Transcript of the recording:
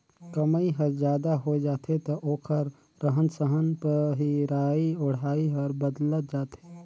कमई हर जादा होय जाथे त ओखर रहन सहन पहिराई ओढ़ाई हर बदलत जाथे